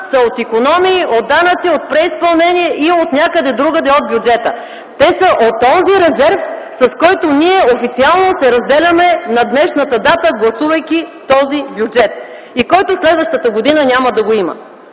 са от икономии, от данъци, от преизпълнение и от някъде другаде от бюджета. Те са от онзи резерв, с който ние официално се разделяме на днешната дата, гласувайки този бюджет и който през следващата година няма да го има!